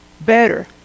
better